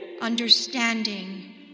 understanding